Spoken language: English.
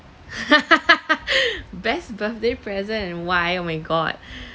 best birthday present and why oh my god